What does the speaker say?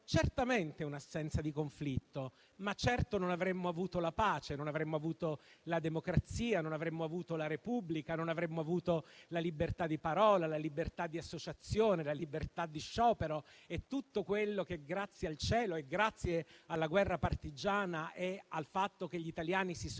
certamente un'assenza di conflitto, ma certo non avremmo avuto la pace, non avremmo avuto la democrazia, non avremmo avuto la Repubblica, non avremmo avuto la libertà di parola, la libertà di associazione, la libertà di sciopero e tutto quello che, grazie al cielo, grazie alla guerra partigiana e al fatto che gli italiani si sono